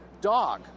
dog